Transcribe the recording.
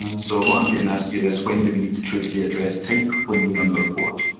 and so what i'm getting asked here is, when do we need to choose the address type when we run the report?